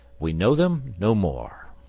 we know them no more.